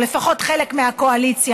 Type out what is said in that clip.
או לפחות חלק מהקואליציה,